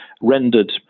rendered